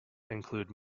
include